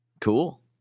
Cool